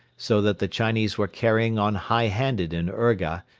so that the chinese were carrying on high-handed in urga,